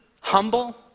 humble